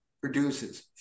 produces